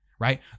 right